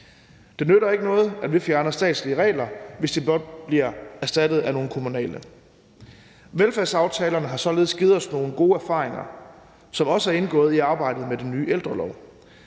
Det nytter ikke noget, at vi fjerner statslige regler, hvis de blot bliver erstattet af nogle kommunale. Velfærdsaftalerne har således givet os nogle gode erfaringer, som også er indgået i arbejdet med den nye ældrelov.